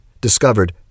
discovered